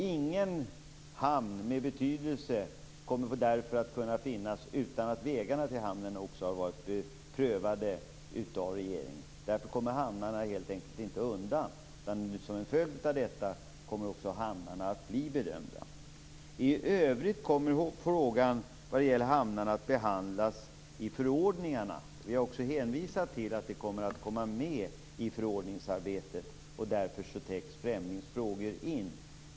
Ingen hamn av betydelse kommer därför att kunna finnas utan att vägarna till hamnen också har prövats av regeringen. Därför kommer hamnarna helt enkelt inte undan, utan som en följd av detta kommer de att bli bedömda. I övrigt kommer frågan om hamnarna att behandlas i förordningarna. Vi har också hänvisat till att den kommer med i förordningsarbetet, och därför täcks Fremlings frågor in.